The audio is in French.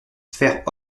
faire